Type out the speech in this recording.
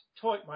toy